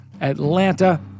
Atlanta